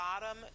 bottom